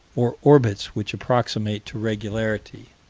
or orbits which approximate to regularity,